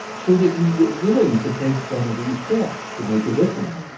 so that you were willing to take some of these steps to make a difference.